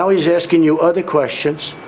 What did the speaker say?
um he's asking you other questions,